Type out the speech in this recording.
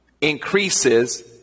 increases